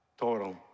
Total